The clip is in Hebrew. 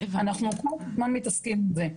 אנחנו כל הזמן מתעסקים עם זה.